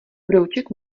brouček